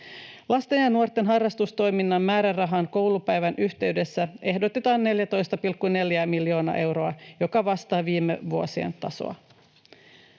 Lasten ja nuorten harrastustoiminnan määrärahaan koulupäivän yhteydessä ehdotetaan 14,4 miljoonaa euroa, joka vastaa viime vuosien tasoa.